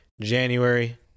January